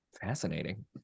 Fascinating